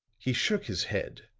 he shook his head,